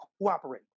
cooperate